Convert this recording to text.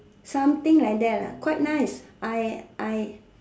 something like that lah quite nice I I